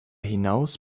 hinaus